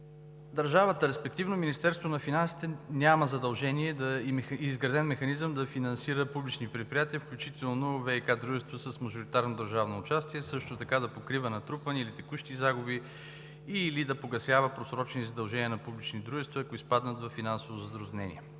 Държавата, респективно Министерството на финансите, няма задължение и изграден механизъм да финансира публични предприятия, включително ВиК дружества с мажоритарно държавно участие, също така да покрива натрупвания или текущи загуби, и/или да погасява просрочени задължения на публични дружества, ако изпаднат във финансово затруднение.